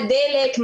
דלק,